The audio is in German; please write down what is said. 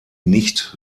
nicht